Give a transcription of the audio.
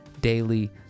daily